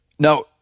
Now